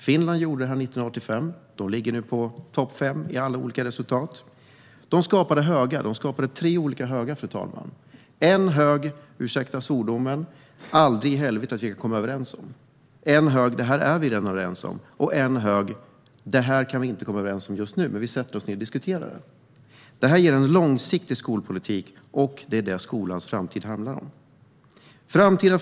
Finland gjorde det 1985 och ligger nu topp fem i alla resultat. Där skapade man tre olika högar. En hög för - ursäkta svordomen, fru talman - "aldrig i helvete att vi kan komma överens", en hög för "detta är vi redan överens om" och en hög för "detta kan vi inte komma överens om nu, men vi sätter oss ned och diskuterar det". Detta ger en långsiktig skolpolitik, och det är det skolans framtid handlar om. Fru talman!